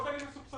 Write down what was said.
הם לא חוזרים.